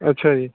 ਅੱਛਾ ਜੀ